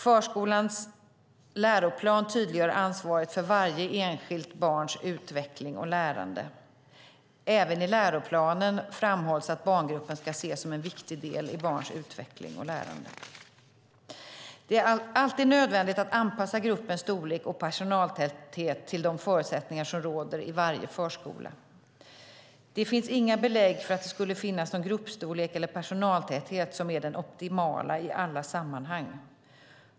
Förskolans läroplan tydliggör ansvaret för varje enskilt barns utveckling och lärande. Även i läroplanen framhålls att barngruppen ska ses som en viktig del i barns utveckling och lärande. Det är alltid nödvändigt att anpassa gruppens storlek och personaltäthet till de förutsättningar som råder i varje förskola. Det finns inga belägg för att det skulle finnas någon gruppstorlek eller personaltäthet som är den optimala i alla sammanhang.